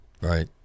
right